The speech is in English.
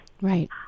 Right